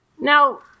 now